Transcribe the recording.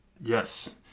Yes